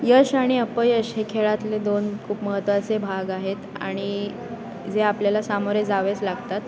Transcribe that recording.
यश आणि अपयश हे खेळातले दोन खूप महत्त्वाचे भाग आहेत आणि जे आपल्याला सामोरे जावेच लागतात